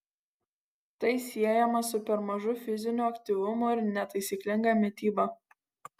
tai siejama su per mažu fiziniu aktyvumu ir netaisyklinga mityba